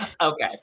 Okay